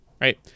Right